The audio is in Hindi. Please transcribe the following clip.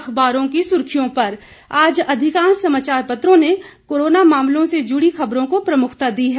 अखबारों की सुर्खियों पर आज अधिकांश समाचार पत्रों ने कोरोना मामलों से जुड़ी खबरों को प्रमुखता दी है